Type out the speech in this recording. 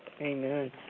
Amen